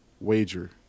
wager